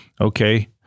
okay